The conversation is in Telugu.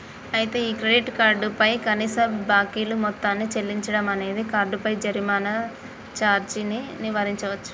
అయితే ఈ క్రెడిట్ కార్డు పై కనీస బాకీలు మొత్తాన్ని చెల్లించడం అనేది కార్డుపై జరిమానా సార్జీని నివారించవచ్చు